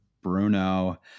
Bruno